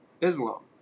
Islam